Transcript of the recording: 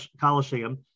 Coliseum